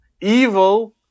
evil